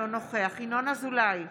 אינו נוכח ינון אזולאי,